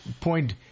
point